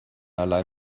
allein